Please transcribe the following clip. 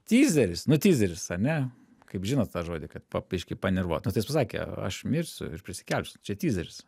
tyzeris nu tyzeris ar ne kaip žinot tą žodį kad pa biški panervuot nu tai jis pasakė aš mirsiu ir prisikelsiu čia tyzeris